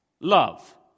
love